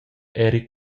eri